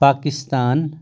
Pakistan